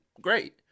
great